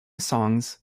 songs